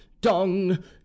dong